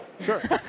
Sure